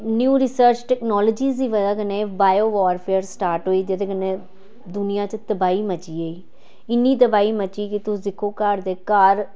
new research technology दी बजह् कन्नै बायो बार फेयर स्टार्ट होई जेह्दे कन्नै दूनिया च तबाही मची गेई इ'न्नी तबाही मची कि तुस दिक्खो घर दे घर